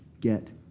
get